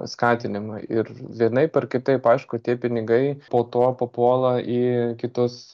skatinimą ir vienaip ar kitaip aišku tie pinigai po to papuola į kitus